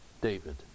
David